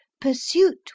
pursuit